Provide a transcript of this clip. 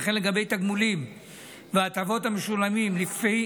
וכן לגבי תגמולים והטבות המשולמים לפי